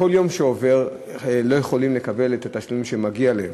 כל יום שעובר והם לא יכולים לקבל את התשלום שמגיע להם,